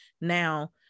now